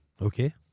Okay